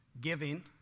Giving